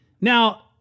Now